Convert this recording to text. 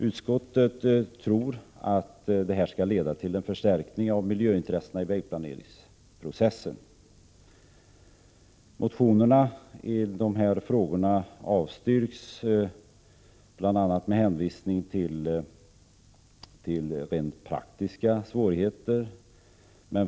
Utskottet tror att detta skall leda till en förstärkning av miljöintressena i vägplaneringsprocessen. Motionerna i dessa frågor avstyrks, bl.a. med hänvisning till rent praktiska svårigheter.